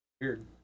Weird